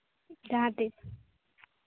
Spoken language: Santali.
ᱡᱟᱦᱟᱸ ᱛᱤᱥ